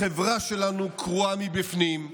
החברה שלנו קרועה מבפנים,